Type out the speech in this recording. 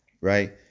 Right